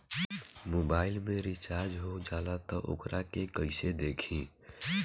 Mobile में recharge हो जाला त वोकरा के कइसे देखी?